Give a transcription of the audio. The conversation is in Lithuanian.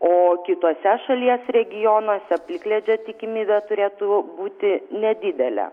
o kituose šalies regionuose plikledžio tikimybė turėtų būti nedidelė